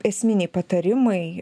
esminiai patarimai